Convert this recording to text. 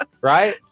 right